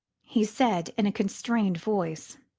he said in a constrained voice.